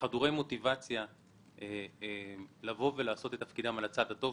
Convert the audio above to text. חדורי מוטיבציה לבוא ולעשות את תפקידם על הצד הטוב